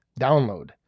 download